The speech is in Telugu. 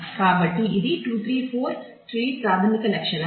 కాబట్టి ఇది 2 3 4 ట్రీ ప్రాథమిక లక్షణం